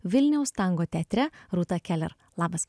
vilniaus tango teatre rūta keler labas